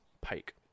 Pike